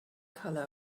color